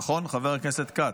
נכון, חבר הכנסת כץ?